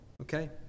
Okay